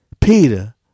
Peter